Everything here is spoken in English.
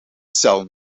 cell